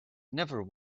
never